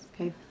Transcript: okay